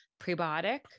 prebiotic